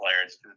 players